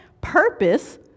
purpose